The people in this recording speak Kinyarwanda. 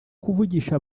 kuvugisha